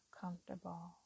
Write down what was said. comfortable